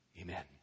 amen